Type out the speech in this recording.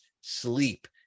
sleep